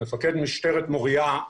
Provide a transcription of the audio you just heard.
מפקד משטרת מוריה,